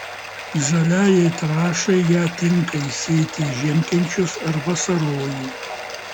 žaliajai trąšai ją tinka įsėti į žiemkenčius ar vasarojų